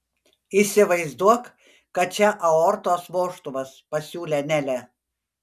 įsivaizduok kad čia aortos vožtuvas pasiūlė nelė